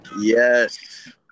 Yes